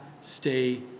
stay